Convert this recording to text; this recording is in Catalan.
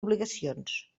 obligacions